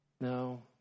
No